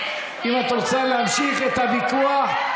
אם את רוצה להמשיך את הוויכוח,